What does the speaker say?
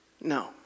No